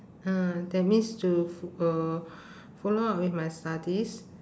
ah that means to f~ uh follow up with my studies